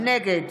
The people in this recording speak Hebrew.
נגד